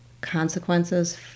consequences